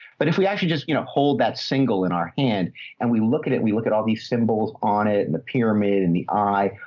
but if we actually just, you know, hold that single in our hand and we look at it and we look at all these symbols on it and the pyramid and the eye,